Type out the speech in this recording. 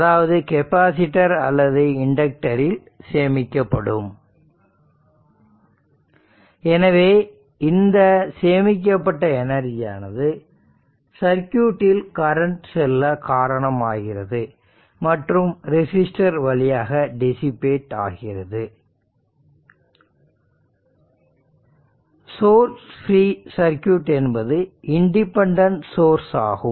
அதாவது கெப்பாசிட்டர் அல்லது இண்டக்டர் இல் சேமிக்கப்படும் எனவே இந்த சேமிக்கப்பட்ட எனர்ஜியானது சர்க்யூட்டில் கரண்ட் செல்ல காரணமாகிறது மற்றும் ரெசிஸ்டர் வழியாக டிசிபேட் ஆகிறது சோர்ஸ் ஃப்ரீ சர்க்யூட் என்பது இண்டிபெண்டன்ட் சோர்ஸ் ஆகும்